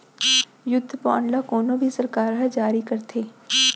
युद्ध बांड ल कोनो भी सरकार ह जारी करथे